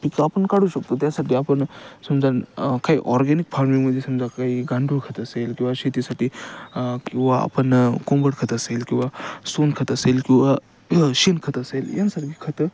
पिकं आपण काढू शकतो त्यासाठी आपण समजा काही ऑरगॅनिक फार्मिंगमध्ये समजा काही गांडूळखत असेल किंवा शेतीसाठी किंवा आपण कोंबडखत असेल किंवा सोनखत असेल किंवा शेणखत असेल यासारखी खतं